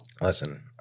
Listen